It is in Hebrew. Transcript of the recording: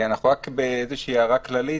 רק הערה כללית